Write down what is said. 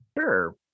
Sure